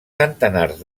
centenars